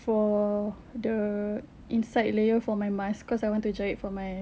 for the inside layer for my mask cause I want to jahit for my